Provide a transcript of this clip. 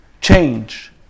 change